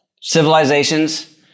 civilizations